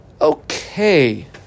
Okay